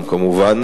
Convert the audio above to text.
כמובן,